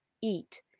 eat